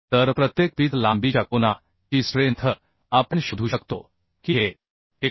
तरप्रत्येक pitch लांबीच्या कोना ची स्ट्रेंथ आपण शोधू शकतो की हे 89